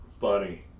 funny